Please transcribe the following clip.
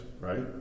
right